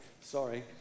Sorry